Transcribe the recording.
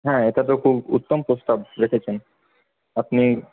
হ্যাঁ এটা তো খুব উত্তম প্রস্তাব রেখেছেন আপনি